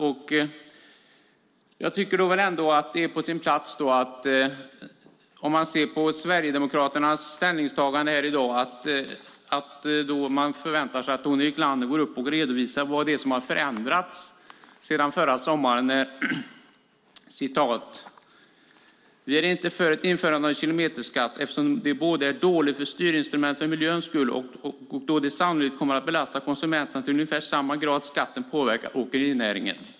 Om man ser på Sverigedemokraternas ställningstagande här i dag förväntar man sig att Tony Wiklander går upp och redovisar vad som har förändrats sedan de förra sommaren sade: Vi är inte för ett införande av en kilometerskatt eftersom det är ett dåligt styrinstrument för miljöns skull och sannolikt kommer att belasta konsumenterna i ungefär samma grad som skatten påverkar åkerinäringen.